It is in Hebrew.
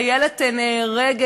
חיילת נהרגת.